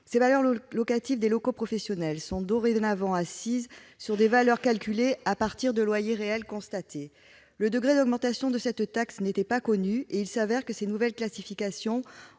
les valeurs locatives des locaux professionnels sont dorénavant assises sur des valeurs calculées à partir des loyers réels constatés. Le degré d'augmentation de cette taxe n'était pas connu et il apparaît que ces nouvelles classifications